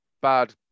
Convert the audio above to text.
bad